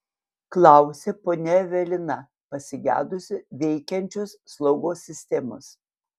klausė ponia evelina pasigedusi veikiančios slaugos sistemos